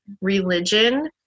religion